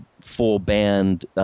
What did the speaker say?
full-band